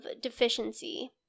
deficiency